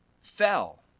fell